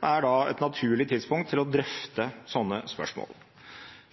er da et naturlig tidspunkt for å drøfte sånne spørsmål.